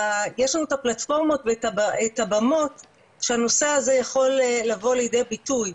הפלטפורמות ואת הבמות שהנושא הזה יכול לבוא לידי ביטוי,